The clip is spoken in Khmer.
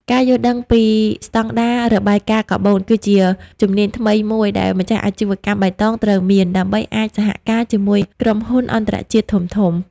ការយល់ដឹងពី "ស្ដង់ដាររបាយការណ៍កាបូន" គឺជាជំនាញថ្មីមួយដែលម្ចាស់អាជីវកម្មបៃតងត្រូវមាន ដើម្បីអាចសហការជាមួយក្រុមហ៊ុនអន្តរជាតិធំៗ។